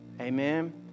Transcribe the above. Amen